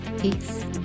Peace